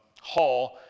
Hall